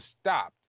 stopped